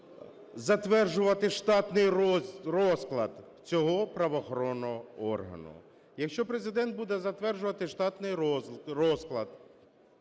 цим законом затверджувати штатний розклад цього правоохоронного органу. Якщо Президент буде затверджувати штатний розклад,